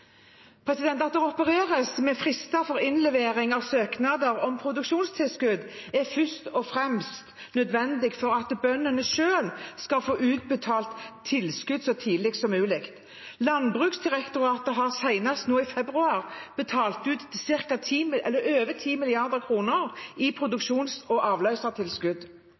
At det opereres med frister for innlevering av søknader om produksjonstilskudd, er først og fremst nødvendig for at bøndene selv skal få utbetalt tilskudd så tidlig som mulig. Landbruksdirektoratet har senest nå i februar betalt ut over 10 mrd. kr i produksjons- og avløsertilskudd. Fristene for å søke produksjonstilskudd ble bestemt i